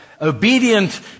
obedient